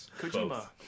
Kojima